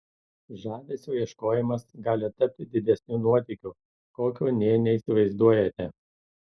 žavesio ieškojimas gali tapti didesniu nuotykiu kokio nė neįsivaizduojate